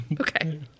Okay